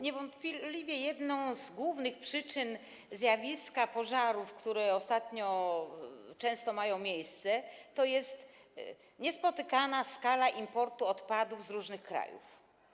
Niewątpliwie jedną z głównych przyczyn zjawiska pożarów, które ostatnio często mają miejsce, jest niespotykana skala importu odpadów z różnych krajów.